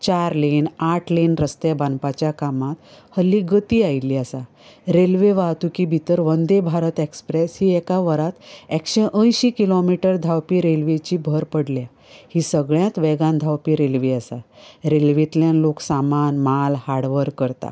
चार लेन आठ लेन रस्ते बांदपाच्या कामाक हल्ली गती आयिल्ली आसा रेल्वे वाहतूकी भितर वंदे भारत एक्सप्रेस ही एका वरांत एकशें अंयशीं किलोमिटर धांवपी रेल्वेची भर पडली ही सगळ्यांत वेगान धांवपी रेल्वे आसा हे रेल्वेंतल्यान लोक सामान म्हाल हाड व्हर करता